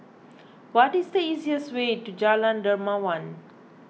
what is the easiest way to Jalan Dermawan